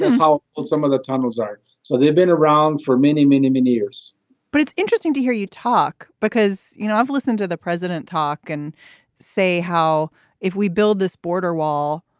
how well some of the tunnels are. so they have been around for many, many, many years but it's interesting to hear you talk because, you know, i've listened to the president talk and say how if we build this border wall,